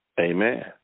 Amen